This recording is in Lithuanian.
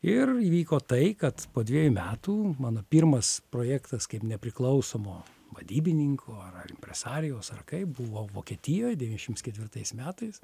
ir įvyko tai kad po dviejų metų mano pirmas projektas kaip nepriklausomo vadybininko ar impresarijaus ar kaip buvo vokietijoj devyniasdešims ketvirtais metais